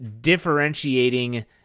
differentiating